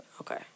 Okay